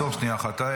עצור שנייה אחת.